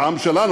לעם שלנו,